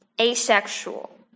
asexual